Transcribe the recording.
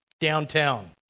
downtown